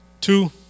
Two